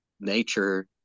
nature